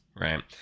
right